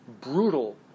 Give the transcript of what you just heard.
brutal